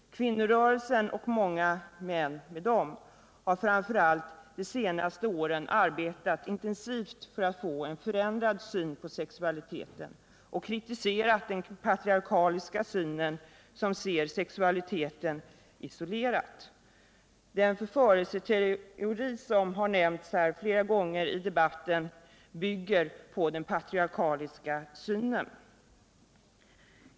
Kvinnorörelsen och många män med den har framför allt under de senaste åren arbetat intensivt för att få en förändrad syn på sexualiteten och kritiserat den patriarkaliska synen, som ser sexualiteten isolerat. Den förförelseteori som nämnts flera gånger i debatten bygger på den patriarkaliska synen.